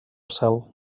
cel